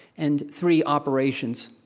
and three, operations.